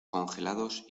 congelados